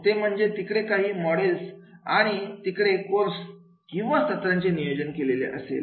ते म्हणजे तिकडे काही मॉडेल्स आणि तिकडे कोर्स किंवा सत्रांचे नियोजन असेल